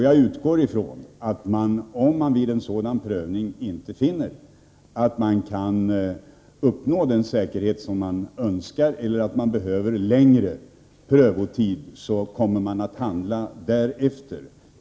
Jag utgår från att man, om man vid en sådan prövning inte finner att man kan uppnå den säkerhet som man önskar eller att man behöver en längre prövotid, kommer att handla därefter.